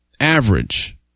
average